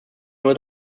nur